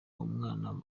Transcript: umwana